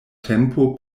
tempo